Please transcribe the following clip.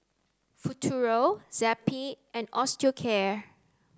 Futuro Zappy and Osteocare